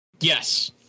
Yes